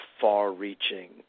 far-reaching